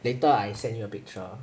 later I send you a picture